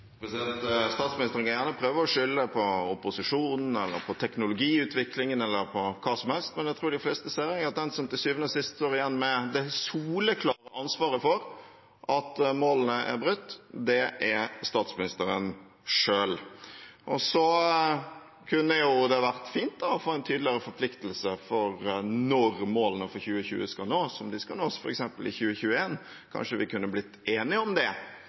Statsministeren kan gjerne prøve å skylde på opposisjonen eller på teknologiutviklingen eller på hva som helst, men jeg tror de fleste er enig i at den som til syvende og sist står igjen med det soleklare ansvaret for at målene er brutt, er statsministeren selv. Det kunne vært fint å få en tydeligere forpliktelse for når målene for 2020 skal nås, om de skal nås i f.eks. 2021. Kanskje vi kunne blitt enige om det?